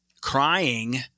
crying